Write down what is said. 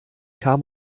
kam